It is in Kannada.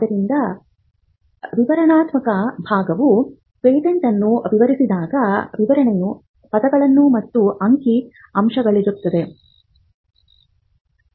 ಆದ್ದರಿಂದ ವಿವರಣಾತ್ಮಕ ಭಾಗವು ಪೇಟೆಂಟ್ ಅನ್ನು ವಿವರಿಸಿದಾಗ ವಿವರಣೆಯೂ ಪದಗಳು ಮತ್ತು ಅಂಕಿ ಅಂಶಗಳಲ್ಲಿರುತ್ತದೆ